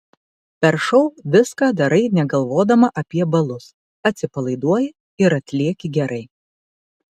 per šou viską darai negalvodama apie balus atsipalaiduoji ir atlieki gerai